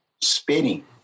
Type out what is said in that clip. Spitting